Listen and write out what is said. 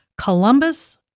Columbus